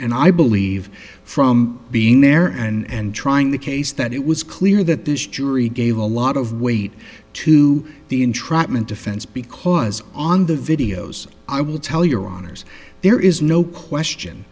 and i believe from being there and trying the case that it was clear that this jury gave a lot of weight to the entrapment defense because on the videos i will tell your honour's there is no question